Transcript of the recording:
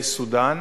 בסודן